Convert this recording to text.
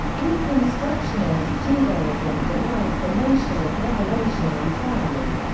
reconstructionist judaism denies the notion of revelation entirely.